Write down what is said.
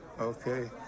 Okay